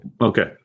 Okay